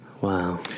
Wow